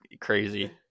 crazy